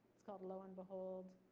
it's called low and behold.